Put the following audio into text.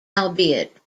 albeit